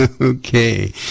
Okay